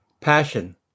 passion